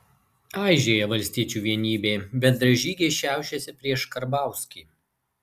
aižėja valstiečių vienybė bendražygiai šiaušiasi prieš karbauskį